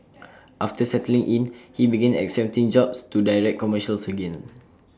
after settling in he began accepting jobs to direct commercials again